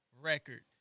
record